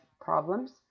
problems